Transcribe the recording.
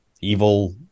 evil